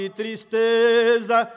tristeza